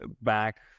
back